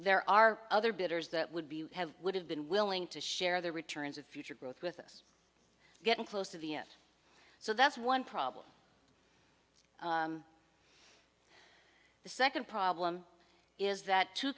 there are other bidders that would be have would have been willing to share their returns of future growth with us getting close to the if so that's one problem the second problem is that t